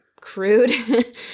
crude